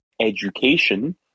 education